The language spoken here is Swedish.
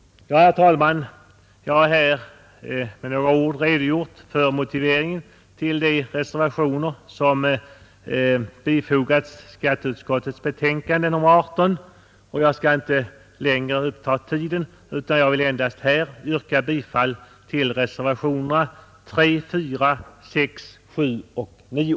Herr talman! Jag har med dessa ord redogjort för motiveringen till några av de reservationer som fogats vid skatteutskottets betänkande nr 18. Jag skall inte längre upptaga tiden, utan jag vill yrka bifall till reservationerna 3, 4, 6, 7 och 9.